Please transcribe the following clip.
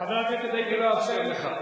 אני לא אאפשר לך.